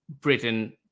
britain